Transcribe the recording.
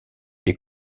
des